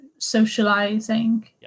socializing